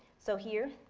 so here,